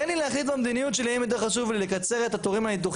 תן לי להחליט במדיניות שלי אם יותר חשוב לי לקצר את התורים לניתוחים